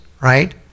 right